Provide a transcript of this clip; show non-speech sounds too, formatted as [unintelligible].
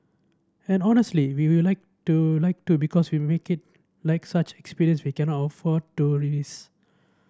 and honestly we will like to like to because you make it like such an experience we cannot afford to [unintelligible]